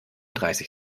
dreißig